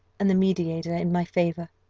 and the mediator in my favour.